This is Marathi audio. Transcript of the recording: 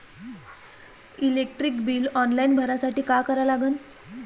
इलेक्ट्रिक बिल ऑनलाईन भरासाठी का करा लागन?